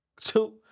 two